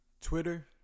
Twitter